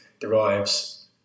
derives